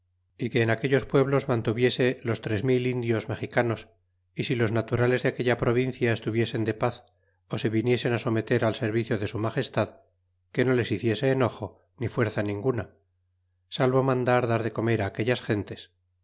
é que en aquellos pueblos mantuviese los tres mil indios mexicanos y si los naturales de aquella provincia estuviesen de paz ó se viniesen á someter al servicio de su magestad que no les hiciese enojo ni fuerza ninguna salvo mandar dar de comer á aquellas gentes